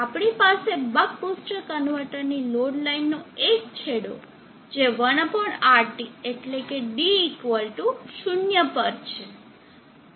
આપણી પાસે buck boost converter ની લોડ લાઈન નો એક છેડો જે 1RT એટલે કે d 0 પર છે